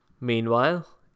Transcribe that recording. Meanwhile